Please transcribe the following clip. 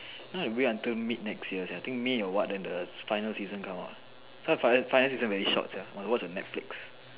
no you know I wait until mid next year I think may or what then the final season come out final season very short sia watch on netflix